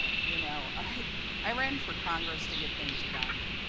you know i i ran for congress to get things done.